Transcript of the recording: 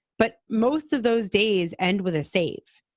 but most of those days end with a save.